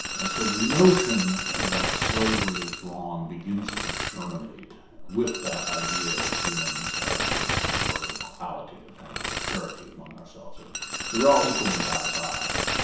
and so the notion that slavery is wrong begins to germinate with that idea that humans have a certain sort of equality, a kind of ah parity among ourselves. and we're all equal in god's eyes,